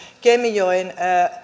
kemijoen